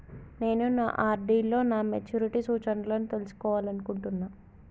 నేను నా ఆర్.డి లో నా మెచ్యూరిటీ సూచనలను తెలుసుకోవాలనుకుంటున్నా